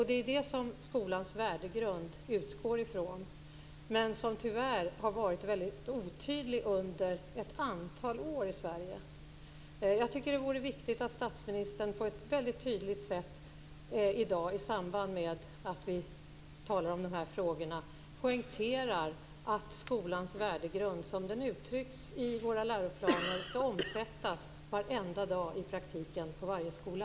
Det är detta som skolans värdegrund utgår ifrån, men som tyvärr har varit väldigt otydlig under ett antal år i Sverige. Det vore bra om statsministern på ett tydligt sätt i dag, i samband med att vi talar om de här frågorna, poängterade att skolans värdegrund, som den uttrycks i läroplanerna, skall omsättas i praktiken varenda dag och i varje skola.